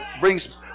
brings